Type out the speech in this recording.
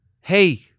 hey